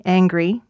angry